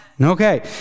Okay